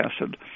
acid